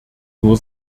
nur